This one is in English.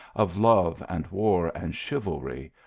of love and war and chivalry,